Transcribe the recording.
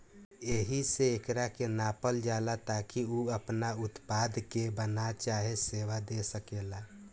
एहिसे एकरा के नापल जाला ताकि उ आपना उत्पाद के बना चाहे सेवा दे सकेला